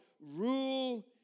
rule